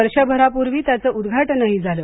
वर्षभरापुर्वी त्याचं उद्घाटनही झालं